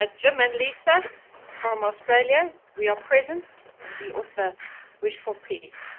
ah jim and lisa from australia, we are present and we also wish for peace.